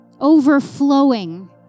Overflowing